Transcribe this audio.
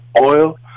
oil